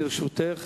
לרשותך